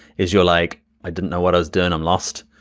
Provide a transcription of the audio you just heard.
as you're like, i didn't know what i was doing, i'm lost.